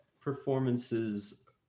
performances